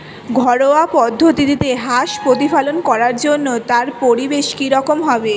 ঘরোয়া পদ্ধতিতে হাঁস প্রতিপালন করার জন্য তার পরিবেশ কী রকম হবে?